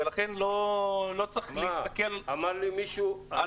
ולכן לא צריך להסתכל על